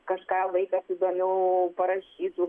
kažką vaikas įdomiau parašytų